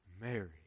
Mary